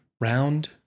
Round